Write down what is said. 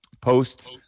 post